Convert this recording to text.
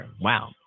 Wow